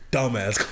Dumbass